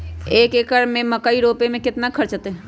एक एकर में मकई रोपे में कितना खर्च अतै?